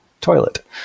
toilet